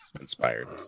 inspired